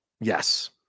Yes